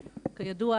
כידוע,